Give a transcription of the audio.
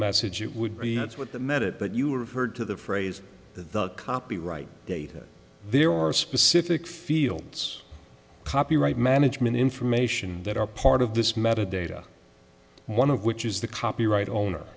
message it would be that's what the met it that you referred to the phrase the copyright date there are specific fields copyright management information that are part of this metadata one of which is the copyright owner